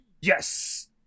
yes